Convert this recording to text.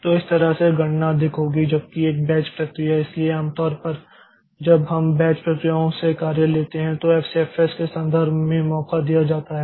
तो इस तरह से गणना अधिक होगी जबकि एक बैच प्रक्रिया इसलिए आमतौर पर जब हम बैच प्रक्रियाओं से कार्य लेते हैं तो एफसीएफएस के संदर्भ में मौका दिया जाता है